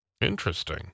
Interesting